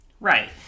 Right